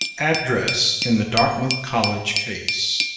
address in the dartmouth college case